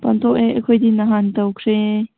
ꯄꯥꯡꯊꯣꯛꯑꯦ ꯑꯩꯈꯣꯏꯗꯤ ꯅꯍꯥꯟ ꯇꯧꯈ꯭ꯔꯦ